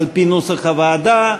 על-פי נוסח הוועדה,